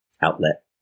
outlet